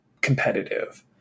competitive